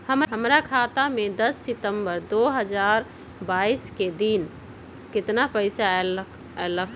हमरा खाता में दस सितंबर दो हजार बाईस के दिन केतना पैसा अयलक रहे?